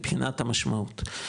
מבחינת המשמעות,